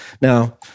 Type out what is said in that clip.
Now